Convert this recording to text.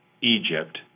Egypt